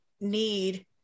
need